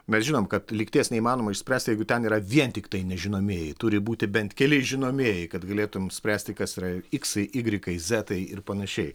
mes žinom kad lygties neįmanoma išspręst jeigu ten yra vien tiktai nežinomieji turi būti bent keli žinomieji kad galėtum spręsti kas yra iksai igrikai zetai ir panašiai